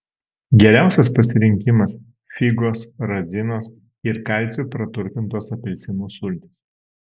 geriausias pasirinkimas figos razinos ir kalciu praturtintos apelsinų sultys